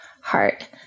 heart